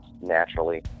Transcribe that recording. naturally